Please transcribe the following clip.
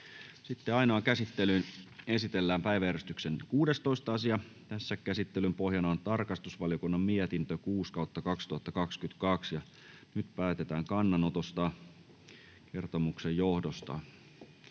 Ainoaan käsittelyyn esitellään päiväjärjestyksen 17. asia. Käsittelyn pohjana on tarkastusvaliokunnan mietintö TrVM 7/2022 vp. Nyt päätetään kannanotosta kertomuksen johdosta.